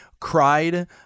cried